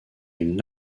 une